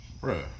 bro